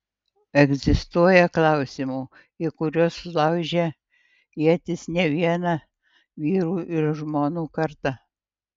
egzistuoja klausimų į kuriuos laužė ietis ne viena vyrų ir žmonų karta